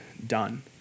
done